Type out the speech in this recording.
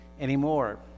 anymore